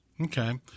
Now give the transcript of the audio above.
Okay